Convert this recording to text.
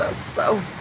so